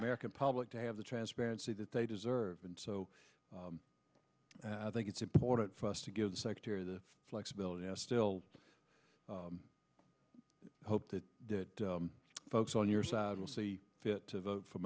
american public to have the transparency that they deserve and so i think it's important for us to give the secretary the flexibility i still hope that the folks on your side will see fit to vote for